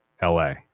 la